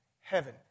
heaven